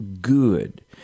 good –